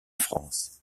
france